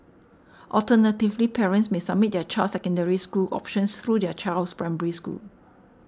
alternatively parents may submit their child's Secondary School options through their child's Primary School